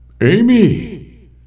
Amy